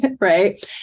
right